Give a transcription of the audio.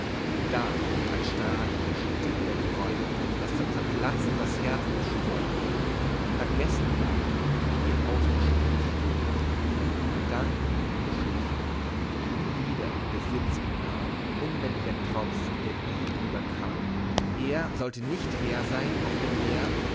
da in van straten stieg der groll daß zum zerplatzen das herz ihm schwoll vergessen waren wie ausgestrichen die guten gedanken die ihn beschlichen und wieder in besitz ihn nahm unbändiger trotz der ihn überkam er sollte nicht herr sein auf dem meer